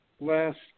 last